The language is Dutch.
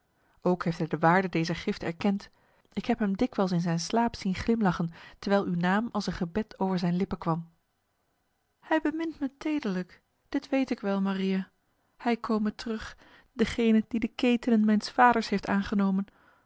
ook heeft hij de waarde dezer gift erkend ik heb hem dikwijls in zijn slaap zien glimlachen terwijl uw naam als een gebed over zijn lippen kwam hij bemint mij tederlijk dit weet ik wel maria hij kome terug degene die de ketenen mijns vaders heeft aangenomen